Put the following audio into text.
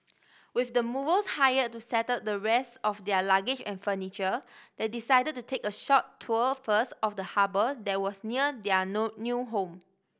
with the movers hired to settle the rest of their luggage and furniture they decided to take a short tour first of the harbour that was near their no new home